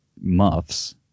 muffs